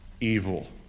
evil